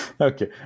Okay